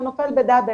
ונופל בדאבל